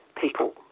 people